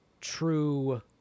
true